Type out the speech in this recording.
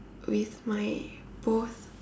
with my both